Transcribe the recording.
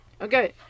okay